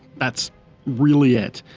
that's really it.